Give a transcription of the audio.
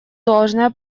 должное